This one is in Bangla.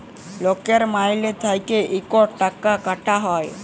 লকের মাইলে থ্যাইকে ইকট টাকা কাটা হ্যয়